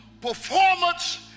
performance